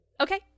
okay